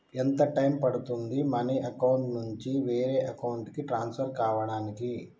ఎంత టైం పడుతుంది money account నుంచి వేరే అకౌంట్ కి ట్రాన్స్ఫర్ కావటానికి?